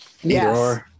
Yes